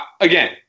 again